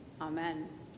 Amen